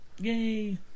Yay